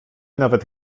nawet